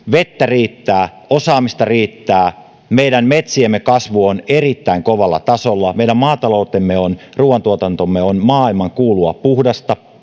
vettä riittää osaamista riittää meidän metsiemme kasvu on erittäin kovalla tasolla meidän maataloutemme ruuantuotantomme on maailmankuulua puhdasta